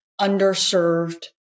underserved